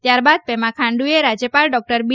ત્યારબાદ પ્રેમા ખાંડુએ રાજ્યપાલ ડોકટર બી